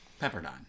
Pepperdine